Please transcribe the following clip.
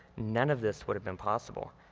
none of this would have been possible.